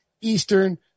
Eastern